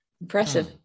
impressive